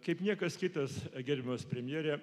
kaip niekas kitas gerbiamas premjere